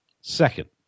Second